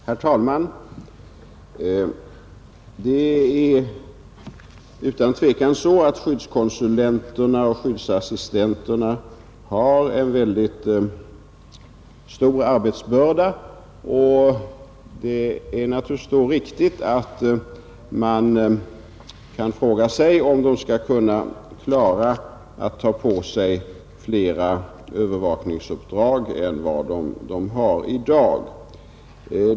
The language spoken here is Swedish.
Herr talman! Det är utan tvekan så att skyddskonsulenterna och skyddsassistenterna har en mycket stor arbetsbörda. Det är då naturligtvis riktigt att man frågar sig om de skall kunna klara att ta på sig flera övervakningsuppdrag än de har i dag.